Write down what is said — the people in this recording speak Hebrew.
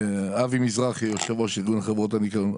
אבי מזרחי, יושב ראש ארגון חברות הניקיון.